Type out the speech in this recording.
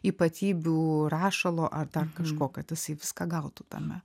ypatybių rašalo ar dar kažko kad jisai viską gautų tame